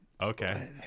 okay